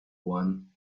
one